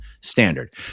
standard